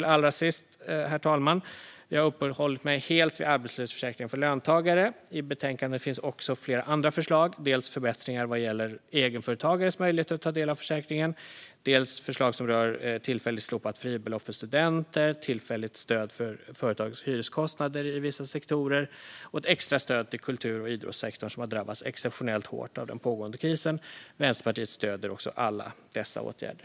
Allra sist, herr talman: Jag har uppehållit mig helt vid arbetslöshetsförsäkringen för löntagare. I betänkandet finns också flera andra förslag, dels förbättringar vad gäller egenföretagares möjligheter att ta del av försäkringen, dels förslag som rör tillfälligt slopat fribelopp för studenter, tillfälligt stöd för företags hyreskostnader i vissa sektorer och ett extra stöd till kultur och idrottssektorn som har drabbats exceptionellt hårt av den pågående krisen. Vänsterpartiet stöder också alla dessa åtgärder.